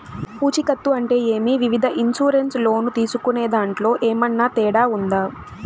పూచికత్తు అంటే ఏమి? వివిధ ఇన్సూరెన్సు లోను తీసుకునేదాంట్లో ఏమన్నా తేడా ఉందా?